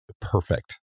perfect